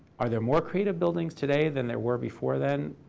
are there more creative buildings today than there were before then?